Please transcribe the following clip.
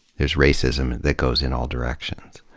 there's racism that goes in all directions.